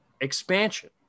expansion